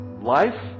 life